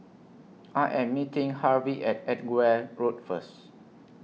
I Am meeting Harvey At Edgware Road First